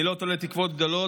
אני לא תולה תקוות גדולות,